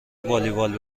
والیبال